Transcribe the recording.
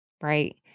Right